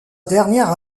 dernière